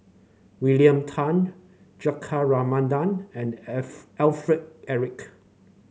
William Tan Juthika Ramanathan and F Alfred Eric